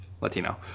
Latino